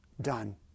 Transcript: done